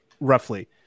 roughly